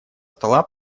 стола